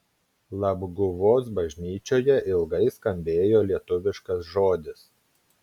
labguvos bažnyčioje ilgai skambėjo lietuviškas žodis